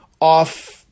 off